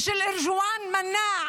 ושל ארג'ואן מנאע